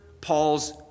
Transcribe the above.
Paul's